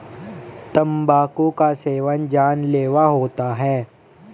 तंबाकू का सेवन जानलेवा होता है